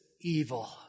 evil